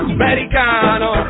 americano